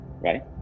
right